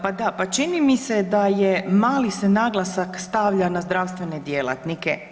Pa da, pa čini mi se da je mali se naglasak stavlja na zdravstvene djelatnike.